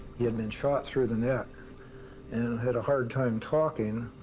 he had been shot through the neck and had a hard time talking,